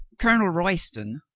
colonel royston,